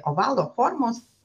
ovalo formos